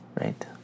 right